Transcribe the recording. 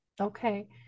Okay